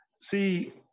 See